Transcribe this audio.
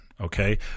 okay